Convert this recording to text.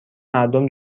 مردم